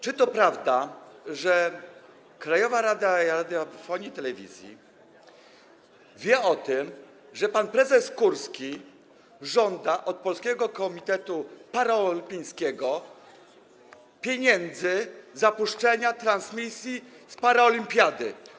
Czy to prawda, że Krajowa Rada Radiofonii i Telewizji wie o tym, że pan prezes Kurski żąda od Polskiego Komitetu Paraolimpijskiego pieniędzy za puszczanie transmisji z paraolimpiady?